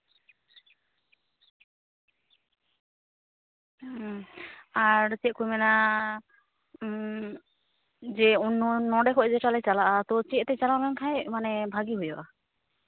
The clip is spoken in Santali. ᱟᱨ ᱪᱮᱫ ᱠᱚ ᱢᱮᱱᱟ ᱡᱮ ᱩᱱ ᱦᱚᱲ ᱱᱚᱰᱮ ᱠᱷᱚᱡ ᱜᱮᱛᱚ ᱞᱮ ᱪᱟᱞᱟᱜᱼᱟ ᱛᱚ ᱪᱮᱫ ᱛᱮ ᱪᱟᱞᱟᱣ ᱞᱮᱱ ᱠᱷᱟᱡ ᱢᱟᱱᱮ ᱵᱷᱟᱜᱮ ᱦᱩᱭᱩᱜᱼᱟ